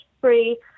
free